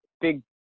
big